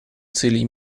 целей